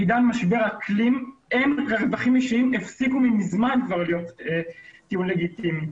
בעידן משבר האקלים רווחים אישיים הפסיקו מזמן להיות טיעון לגיטימי.